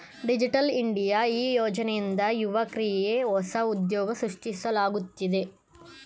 digital India ಈ ಯೋಜನೆಯಿಂದ ಯುವಕ್ರಿಗೆ ಹೊಸ ಉದ್ಯೋಗ ಸೃಷ್ಟಿಯಾಗುತ್ತಿದೆ